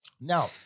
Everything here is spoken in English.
Now